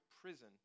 prison